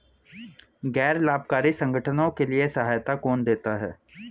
गैर लाभकारी संगठनों के लिए सहायता कौन देता है?